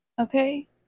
okay